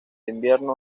invierno